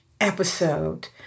episode